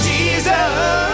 Jesus